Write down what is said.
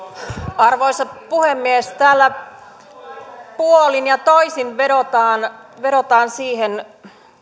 arvoisa puhemies täällä puolin ja toisin vedotaan vedotaan siihen